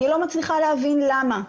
אני לא מצליחה להבין למה,